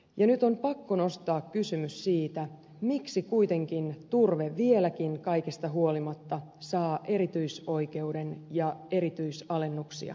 nyt on pakko nostaa kysymys siitä miksi kuitenkin turve vieläkin kaikesta huolimatta saa erityisoikeuden ja erityisalennuksia